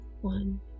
One